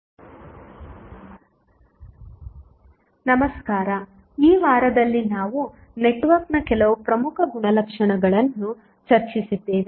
ಅವಲಂಬಿತ ಮೂಲಗಳೊಂದಿಗೆ ಥೆವೆನಿನ್ ಪ್ರಮೇಯ ನಮಸ್ಕಾರ ಈ ವಾರದಲ್ಲಿ ನಾವು ನೆಟ್ವರ್ಕ್ನ ಕೆಲವು ಪ್ರಮುಖ ಗುಣಲಕ್ಷಣಗಳನ್ನು ಚರ್ಚಿಸಿದ್ದೇವೆ